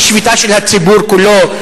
היא שביתה של הציבור כולו.